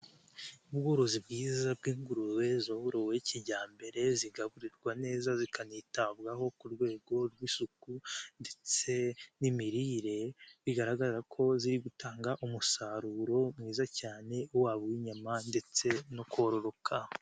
Ubworozi bwiza bw'ingurube zoburowe kijyambere, zigaburirwa neza zikanitabwaho ku rwego rw'isuku ndetse n'imirire, bigaragara ko ziri gutanga umusaruro mwiza cyane waba uw'inyama ndetse no kororoka.